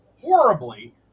horribly